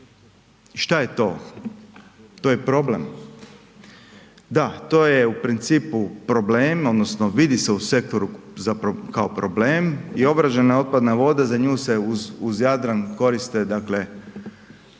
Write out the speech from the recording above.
što je to? To je problem. Da, to je u principu problem, odnosno vidi se u sektoru kao problem i obrađena otpadna voda, za nju se uz Jadran koriste dakle